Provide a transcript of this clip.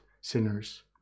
sinners